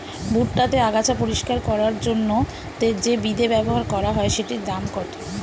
ভুট্টা তে আগাছা পরিষ্কার করার জন্য তে যে বিদে ব্যবহার করা হয় সেটির দাম কত?